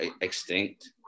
extinct